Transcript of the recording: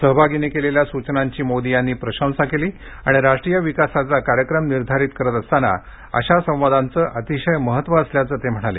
सहभागींनी केलेल्या सूचनांची मोदी यांनी प्रशंसा केली आणि राष्ट्रीय विकासाचा कार्यक्रम निर्धारित करत असताना अशा संवादांचं अतिशय महत्वाचं असल्याचं ते म्हणाले